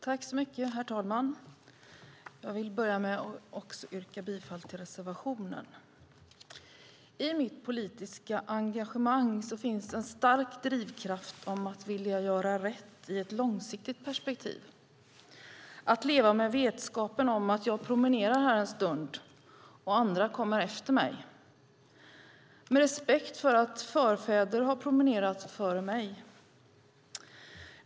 Herr talman! Jag vill börja med att yrka bifall till reservationen. I mitt politiska engagemang finns det en stark drivkraft att vilja göra rätt i ett långsiktigt perspektiv. Det handlar om att leva med vetskapen om att jag promenerar här en stund, och andra kommer efter mig, med respekt för att förfäder har promenerat före mig.